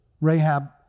Rahab